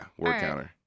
WordCounter